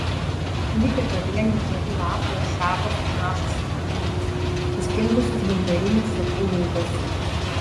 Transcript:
likę pavieniai žali lapai ar šakos panašūs į inkliuzus sustingusius gintarinių sakų luituose